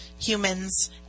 humans